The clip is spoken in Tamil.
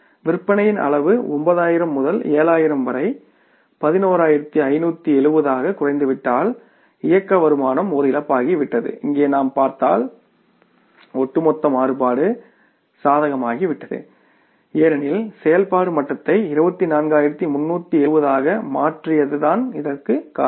விற்பனையின் அளவு 9000 முதல் 7000 வரை 11570 ஆக குறைந்துவிட்டால் இயக்க வருமானம் ஒரு இழப்பாகிவிட்டது இங்கு நாம் பார்த்தால் ஒட்டுமொத்த மாறுபாடு சாதகமாகிவிட்டது ஏனெனில் செயல்பாட்டு மட்டத்தை 24370 ஆக மாற்றியயதுதான் காரணம்